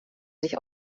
sich